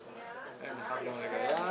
בפומבי,